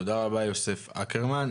תודה רבה יוסף אקרמן.